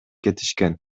кетишкен